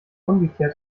ungeklärt